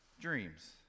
dreams